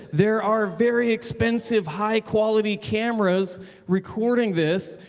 there are very expensive, high-quality cameras recording this.